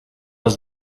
does